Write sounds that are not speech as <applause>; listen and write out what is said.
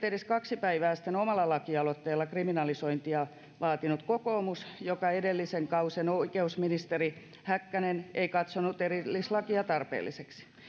<unintelligible> edes kaksi päivää sitten omalla lakialoitteella kriminalisointia vaatinut kokoomus jonka edellisen kauden oikeusministeri häkkänen ei katsonut erillislakia tarpeelliseksi